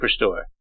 Superstore